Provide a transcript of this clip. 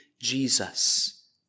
Jesus